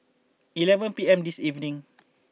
eleven P M this evening